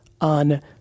on